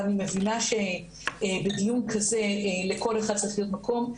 אבל אני מבינה שבדיון כזה לכל אחד צריך להיות מקום,